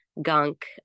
gunk